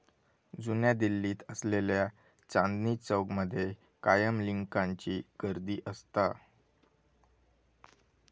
जुन्या दिल्लीत असलेल्या चांदनी चौक मध्ये कायम लिकांची गर्दी असता